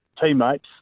teammates